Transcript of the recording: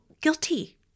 guilty